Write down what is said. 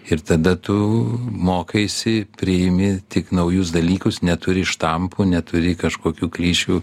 ir tada tu mokaisi priimi tik naujus dalykus neturi štampų neturi kažkokių klišių